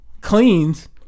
cleans